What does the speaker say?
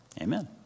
Amen